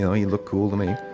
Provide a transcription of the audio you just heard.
he looked cool to me.